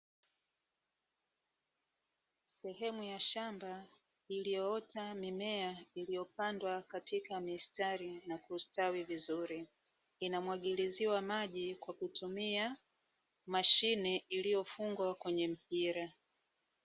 Sehemu ya shamba iliyoota mimea iliyopandwa katika mistari na kustawi vizuri. Inamwagiliziwa maji kwa kutumia mashine iliyofungwa kwenye mpira.